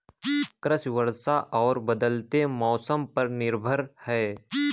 कृषि वर्षा और बदलते मौसम पर निर्भर है